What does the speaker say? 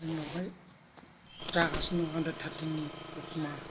जोंनावहाय जागासिनो दं आन्दार थारटिन नि दतमा